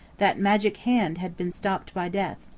that magic hand had been stopped by death.